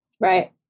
Right